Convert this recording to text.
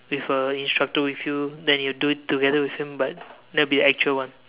with a instructor with you then you will do it together with him but that will be the actual one